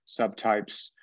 subtypes